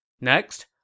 Next